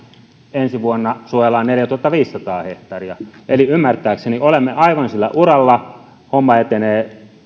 ensi vuonna suojellaan neljätuhattaviisisataa hehtaaria eli ymmärtääkseni olemme aivan sillä uralla homma etenee